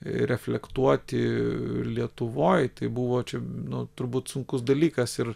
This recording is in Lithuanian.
reflektuoti lietuvoj tai buvo čia nu turbūt sunkus dalykas ir